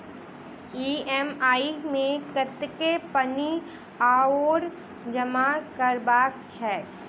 EMI मे कतेक पानि आओर जमा करबाक छैक?